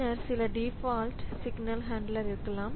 பின்னர் சில default handler இருக்கலாம்